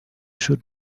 should